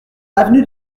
avenue